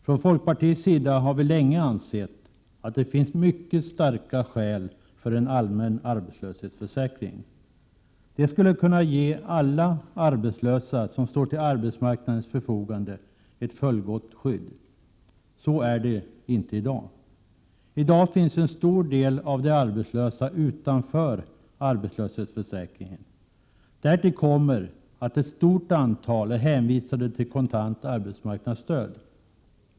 Från folkpartiets sida har vi länge ansett att det finns mycket starka skäl för en allmän arbetslöshetsförsäkring. Den skulle kunna ge alla arbetslösa som står till arbetsmarknadens förfogande ett fullgott skydd. Så är det inte i dag. I dag finns en stor del av de arbetslösa utanför arbetslöshetsförsäkringen. Därtill kommer att ett stort antal är hänvisade till kontant arbetsmarknadsstöd.